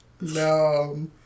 No